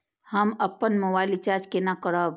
हम अपन mobile recharge केना करब?